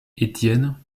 étienne